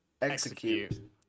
Execute